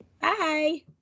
Bye